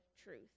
truth